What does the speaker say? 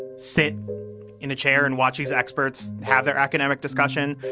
sit in a chair and watch these experts have their academic discussion?